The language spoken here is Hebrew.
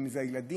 אם זה הילדים,